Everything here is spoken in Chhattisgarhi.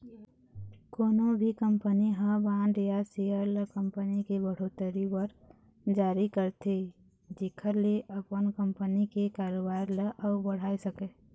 कोनो भी कंपनी ह बांड या सेयर ल कंपनी के बड़होत्तरी बर जारी करथे जेखर ले अपन कंपनी के कारोबार ल अउ बढ़ाय सकय